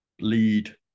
lead